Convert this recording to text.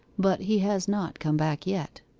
but he has not come back yet